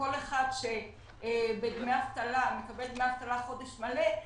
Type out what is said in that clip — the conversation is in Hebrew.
כל אחד שמקבל דמי אבטלה עבור חודש מלא,